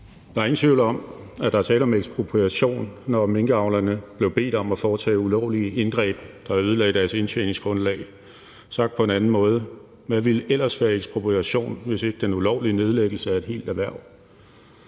Der er ingen tvivl om, at der er tale om ekspropriation, når minkavlerne bliver bedt om at foretage ulovlige indgreb og ødelagde deres indtjeningsgrundlag. Sagt på en anden måde: Hvad ville ellers være ekspropriation, hvis ikke det er en ulovlig nedlæggelse af et helt erhverv?